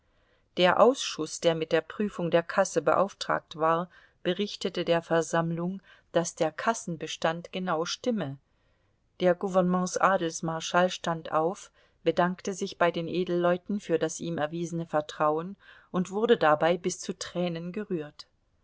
der ausschuß der mit der prüfung der kasse beauftragt war berichtete der versammlung daß der kassenbestand genau stimme der gou vernements adelsmarschall stand auf bedankte sich bei den edelleuten für das ihm erwiesene vertrauen und wurde dabei bis zu tränen gerührt